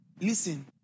Listen